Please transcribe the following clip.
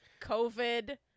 COVID